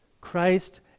Christ